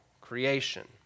creation